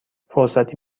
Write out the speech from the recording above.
فرصتی